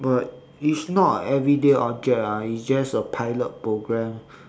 but it's not a everyday object ah it's just a pilot program